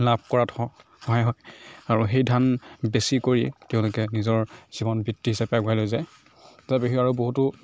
লাভ কৰাত স সহায় হয় আৰু সেই ধান বেচি কৰি তেওঁলোকে নিজৰ জীৱন বৃত্তি হিচাপে আগবঢ়াই লৈ যায় তাৰবাহিৰেও আৰু বহুতো